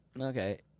Okay